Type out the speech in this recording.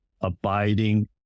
abiding